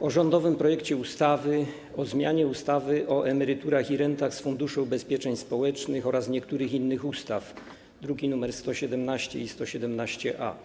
o rządowym projekcie ustawy o zmianie ustawy o emeryturach rentach z Funduszu Ubezpieczeń Społecznych oraz niektórych innych ustaw, druki nr 117 i 117-A.